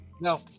No